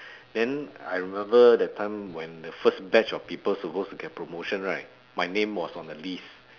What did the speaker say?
then I remember that time when the first batch of people supposed to get promotion right my name was on the list